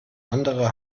andere